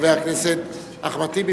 חבר הכנסת אחמד טיבי,